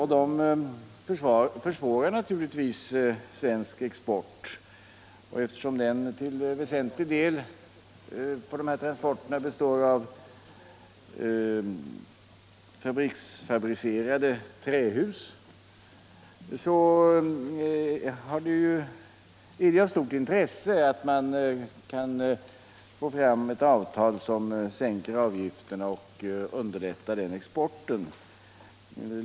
De försvårar naturligtvis svensk export. De här transporterna består till väsentlig del av fabrikstillverkade trähus, och det är av stort intresse att få fram ett avtal som sänker avgifterna och underlättar denna export.